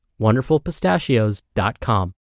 wonderfulpistachios.com